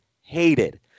hated